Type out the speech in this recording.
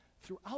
Throughout